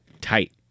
tight